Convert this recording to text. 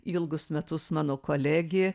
ilgus metus mano kolegė